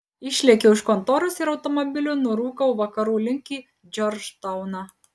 išlėkiau iš kontoros ir automobiliu nurūkau vakarų link į džordžtauną